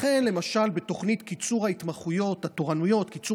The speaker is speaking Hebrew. לכן למשל את תוכנית קיצור התורנויות של